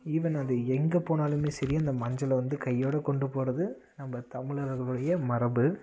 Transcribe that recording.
even அது எங்கே போனாலும் சரி அந்த மஞ்சளை வந்து கையோடு கொண்டு போகிறது நம்ம தமிழர்களுடைய மரபு